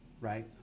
right